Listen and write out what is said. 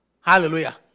Hallelujah